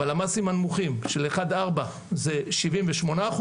בלמ"סים הנמוכים של אחד עד ארבע זה 78%,